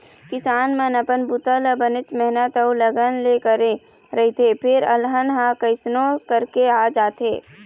किसान मन अपन बूता ल बनेच मेहनत अउ लगन ले करे रहिथे फेर अलहन ह कइसनो करके आ जाथे